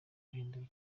guhindura